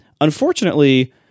Unfortunately